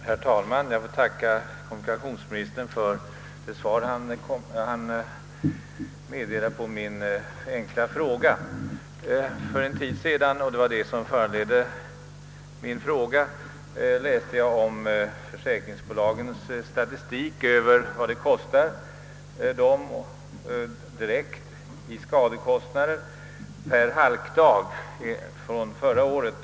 Herr talman! Jag får tacka kommunikationsministern för det svar han lämnat på min enkla fråga. För en tid sedan — det var det som föranledde min fråga — läste jag om försäkringsbolagens statistik över skadekostnader per halkdag under förra året.